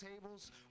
tables